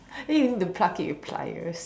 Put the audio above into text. then you need to pluck it with pliers